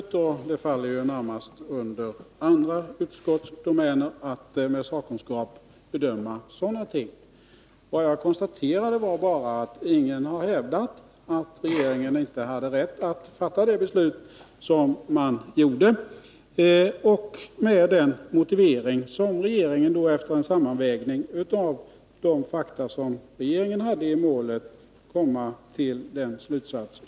Det faller närmast under andra utskotts domäner och den sakkunskap som där finns att bedöma sådana ting. Vad jag konstaterade var att ingen har hävdat att regeringen inte hade rätt att fatta det beslut som man gjorde. Den slutsats man kom fram till baserades på en sammanvägning av de fakta i målet som fanns tillgängliga.